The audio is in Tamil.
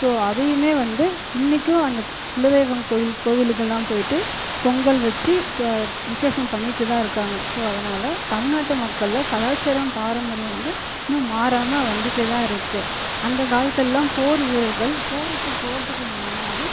ஸோ அதையுமே வந்து இன்றைக்கும் அந்தக் குலதெய்வம் கோவிலுக்கு எல்லாம் போயிட்டு போயிட்டு பொங்கல் வைச்சு விசேஷம் பண்ணிகிட்டு தான் இருக்காங்க ஸோ அதனால் தமிழ்நாட்டு மக்களில் கலாச்சாரம் பாரம்பரியம் வந்து இன்னும் மாறாமல் வந்துட்டே தான் இருக்குது அந்தக் காலத்தில் எல்லாம் போர் வீரர்கள் போருக்குப் போகிறதுக்கு முன்னாடி